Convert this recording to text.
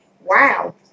Wow